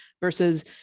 versus